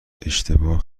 اشتباه